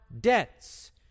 debts